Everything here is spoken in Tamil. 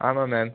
ஆமாம் மேம்